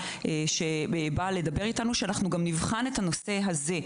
לוועדה שבאה לדבר איתנו שנבחן גם את הנושא הזה.